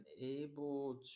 able